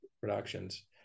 productions